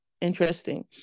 Interesting